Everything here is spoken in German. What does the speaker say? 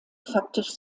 faktisch